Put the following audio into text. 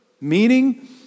meaning